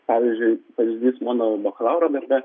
pavyzdžiui pavyzdys mano bakalauro darbe